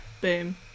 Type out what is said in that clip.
boom